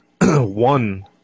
one